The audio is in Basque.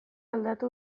aldatu